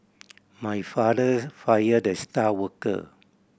my father fired the star worker